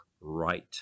right